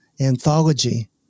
anthology